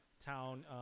town